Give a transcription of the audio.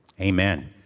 Amen